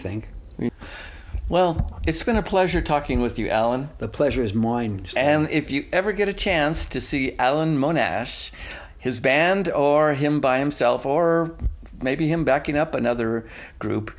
think well it's been a pleasure talking with you alan the pleasure is mine and if you ever get a chance to see alan monash his band or him by himself or maybe him backing up another group